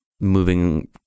moving